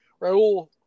Raul